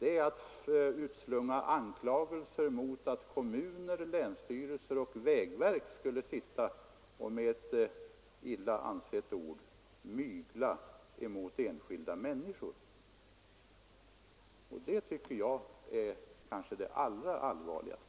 är att utslunga anklagelser mot kommuner, länsstyrelser och vägverket för att de skulle — med ett illa ansett ord — mygla mot enskilda människor. Det tycker jag är det allra allvarligaste.